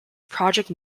project